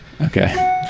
okay